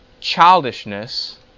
childishness